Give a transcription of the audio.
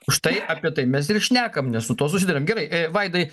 štai apie tai mes ir šnekam nes su tuo susiduriam gerai vaidai